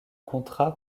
comptera